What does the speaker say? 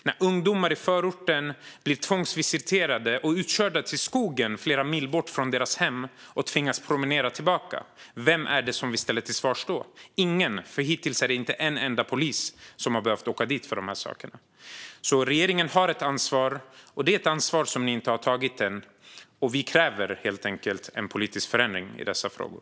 När ungdomar i förorten blir tvångsvisiterade och utkörda till skogen flera mil hemifrån och tvingas att promenera tillbaka, vem ställer vi till svars då? Ingen - hittills är det inte en enda polis som har behövt åka dit för de här sakerna. Regeringen har ett ansvar, och det är ett ansvar som ni inte har tagit ännu. Vi kräver helt enkelt en politisk förändring i dessa frågor.